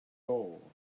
all